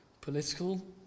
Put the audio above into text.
political